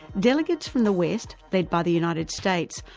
delegates from the west, led by the united states,